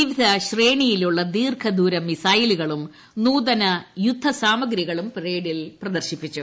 വിവിധ ശ്രേണിയിലുള്ള ദീർഘദൂര മിസൈലുകളും നൂതന യുദ്ധ സാമഗ്രികളും പരേഡിൽ പ്രദർശിപ്പിച്ചു